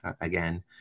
again